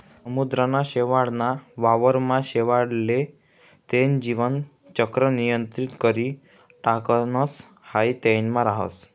समुद्रना शेवाळ ना वावर मा शेवाळ ले तेन जीवन चक्र नियंत्रित करी टाकणस हाई तेनमा राहस